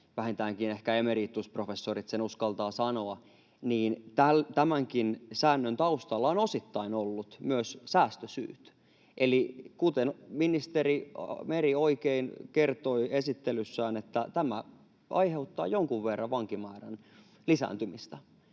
vähintäänkin ehkä emeritusprofessorit sen uskaltavat sanoa — niin tämänkin säännön taustalla ovat osittain olleet myös säästösyyt. Eli kuten ministeri Meri oikein kertoi esittelyssään, tämä aiheuttaa jonkun verran vankimäärän lisääntymistä,